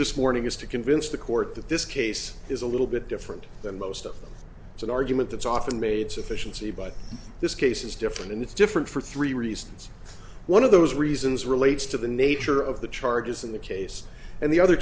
this morning is to convince the court that this case is a little bit different than most of them it's an argument that's often made sufficiency but this case is different and it's different for three reasons one of those reasons relates to the nature of the charges in the case and the other